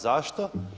Zašto?